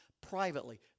privately